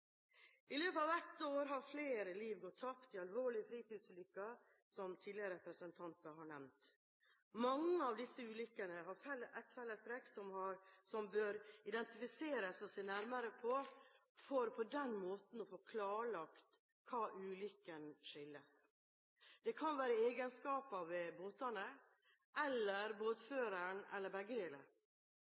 I løpet av ett år har flere liv gått tapt i alvorlige fritidsbåtulykker, som representanter tidligere har nevnt. Mange av disse ulykkene har fellestrekk som bør identifiseres og ses nærmere på, for på den måten å få klarlagt hva ulykken skyldtes. Det kan være egenskaper ved båten eller båtføreren – eller